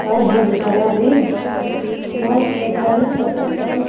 ಹೌದು ಬಿಡ್ರಿ ಖರೆ ರೀ